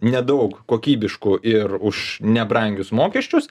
nedaug kokybiškų ir už nebrangius mokesčius